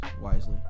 wisely